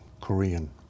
Korean